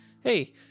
hey